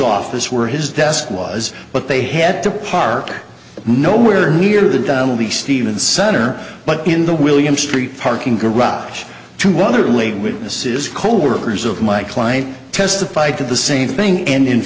office where his desk was but they had to park nowhere near the donald the stephen center but in the william street parking garage two other late witnesses coworkers of my client testified to the same thing and in